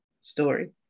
story